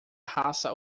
raça